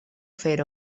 fer